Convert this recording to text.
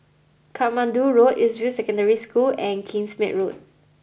Katmandu Road East View Secondary School and Kingsmead Road